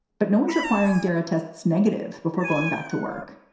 but no one's requiring darah tests negative before going back to work.